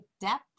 depth